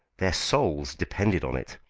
their souls, depended on it.